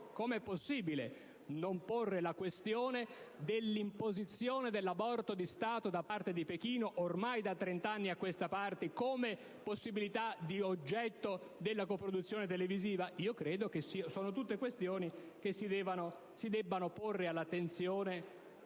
unico? Si può non porre la questione dell'imposizione dell'aborto di Stato da parte di Pechino, ormai da trent'anni a questa parte, come possibile oggetto di una coproduzione televisiva? Io credo che siano tutte questioni che si devono porre all'attenzione